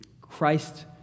Christ